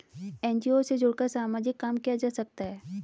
NGO से जुड़कर सामाजिक काम किया जा सकता है